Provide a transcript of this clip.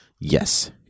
Yes